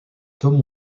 tom